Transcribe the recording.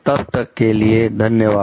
तब तक के लिए धन्यवाद